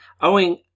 owing